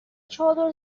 چادر